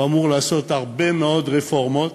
הוא אמור לעשות הרבה מאוד רפורמות,